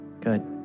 Good